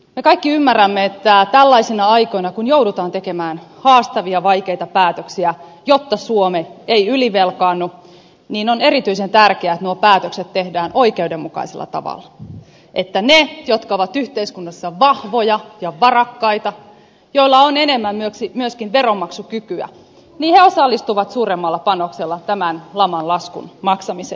me kaikki ymmärrämme että tällaisina aikoina kun joudutaan tekemään haastavia vaikeita päätöksiä jotta suomi ei ylivelkaannu on erityisen tärkeää että nuo päätökset tehdään oikeudenmukaisella tavalla että ne jotka ovat yhteiskunnassa vahvoja ja varakkaita joilla on enemmän myöskin veronmaksukykyä osallistuvat suuremmalla panoksella tämän laman laskun maksamiseen